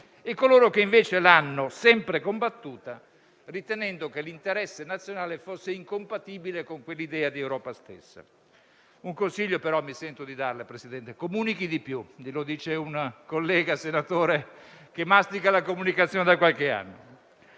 e coloro che invece l'hanno sempre combattuta ritenendo che l'interesse nazionale fosse incompatibile con quell'idea di Europa. Un consiglio però mi sento di darle, signor Presidente del Consiglio: comunichi di più; glielo dice un senatore che mastica la comunicazione da qualche anno.